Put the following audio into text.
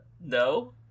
No